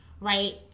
right